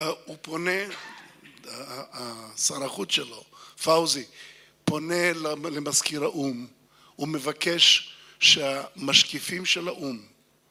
הוא פונה, השר החוץ שלו, פאוזי, פונה למזכיר האו"ם, הוא מבקש שהמשקיפים של האו"ם